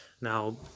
Now